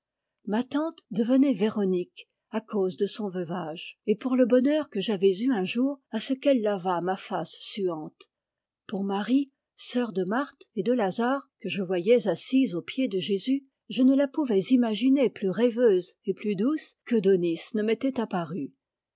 ma tante devenait véronique à cause de son veuvage et pour le bonheur que j'avais eu un jour à ce qu'elle lavât ma face suante pour marie sœur de marthe et de lazare que je voyais assise aux pieds de jésus je ne la pouvais imaginer plus rêveuse et plus douce que daunis ne m'était apparu